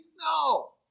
No